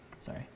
Sorry